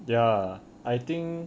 ya I think